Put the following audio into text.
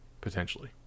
potentially